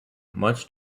much